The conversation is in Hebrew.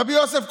רבי יוסף.